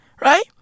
Right